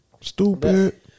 stupid